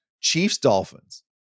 Chiefs-Dolphins